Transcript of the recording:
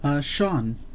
Sean